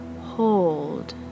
hold